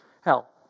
hell